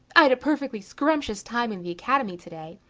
i'd a perfectly scrumptious time in the academy today.